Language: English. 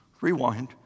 Rewind